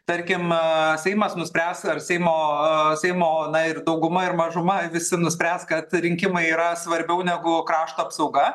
tarkim seimas nuspręs ar seimo seimo na ir dauguma ir mažuma visi nuspręs kad rinkimai yra svarbiau negu krašto apsauga